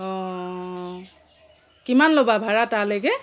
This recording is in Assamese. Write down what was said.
অ' কিমান ল'বা ভাড়া তালৈকে